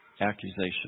accusation